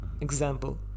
example